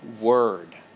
word